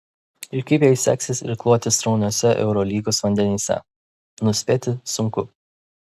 ir kaip jai seksis irkluoti srauniuose eurolygos vandenyse nuspėti sunku